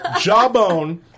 Jawbone